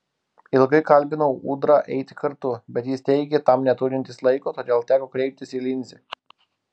ilgai kalbinau ūdrą eiti kartu bet jis teigė tam neturintis laiko todėl teko kreiptis į linzę